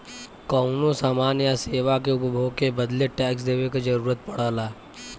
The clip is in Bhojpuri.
कउनो समान या सेवा के उपभोग के बदले टैक्स देवे क जरुरत पड़ला